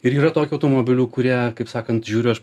ir yra tokių automobilių kurie kaip sakant žiūriu aš